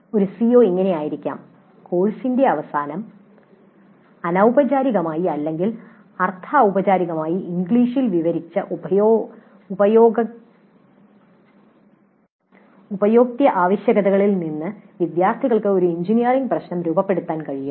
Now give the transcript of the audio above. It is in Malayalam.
ഒരു സിഒ ഇങ്ങനെ ആയിരിക്കാം കോഴ്സിന്റെ അവസാനം അനൌപചാരികമായി അല്ലെങ്കിൽ അർദ്ധഊപചാരികമായി ഇംഗ്ലീഷിൽ വിവരിച്ച ഉപയോക്തൃ ആവശ്യകതകളിൽ നിന്ന് വിദ്യാർത്ഥികൾക്ക് ഒരു എഞ്ചിനീയറിംഗ് പ്രശ്നം രൂപപ്പെടുത്താൻ കഴിയും